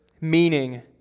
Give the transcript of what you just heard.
meaning